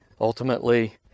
ultimately